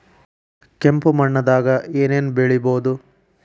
ಕೆಂಪು ಮಣ್ಣದಾಗ ಏನ್ ಏನ್ ಬೆಳಿಬೊದು?